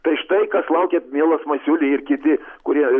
tai štai kas laukia mielas masiulį ir kiti kurie